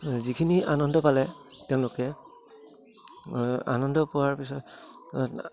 যিখিনি আনন্দ পালে তেওঁলোকে আনন্দ পোৱাৰ পিছত